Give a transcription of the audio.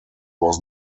was